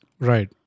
Right